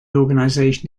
organization